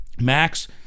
Max